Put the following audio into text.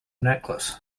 necklace